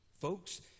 Folks